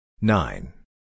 Nine